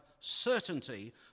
certainty